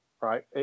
right